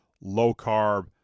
low-carb